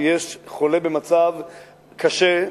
כשיש חולה במצב קשה,